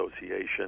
Association